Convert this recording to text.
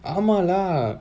:aama lah